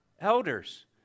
elders